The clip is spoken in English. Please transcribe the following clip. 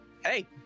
Hey